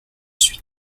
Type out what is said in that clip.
suis